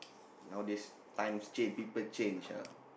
nowadays times change people change ah